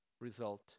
result